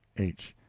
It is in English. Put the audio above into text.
h.